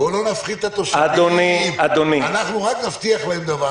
בוא לא נפחיד את התושבים אלא רק נבטיח להם דבר